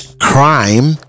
crime